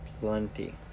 Plenty